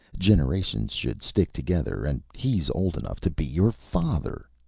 generations should stick together, and he's old enough to be your father!